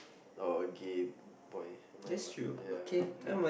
or a gay boy am I allowed yeah